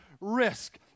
risk